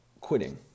quitting